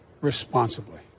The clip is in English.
responsibly